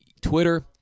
Twitter